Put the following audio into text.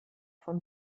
von